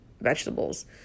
vegetables